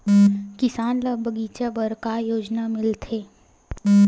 किसान ल बगीचा बर का योजना मिलथे?